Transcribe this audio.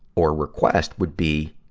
or request, would be,